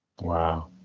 Wow